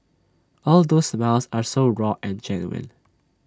all those smiles are so raw and genuine